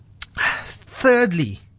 Thirdly